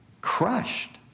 crushed